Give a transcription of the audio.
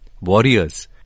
warriors